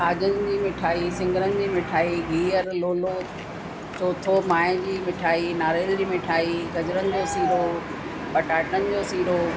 खाजनि जी मिठाई सिङरनि जी मिठाई गिहरु लोलो चौथो मावे जी मिठाई नारेल जी मिठाई गजरनि जो सीरो पटाटनि जो सीरो